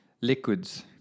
Liquids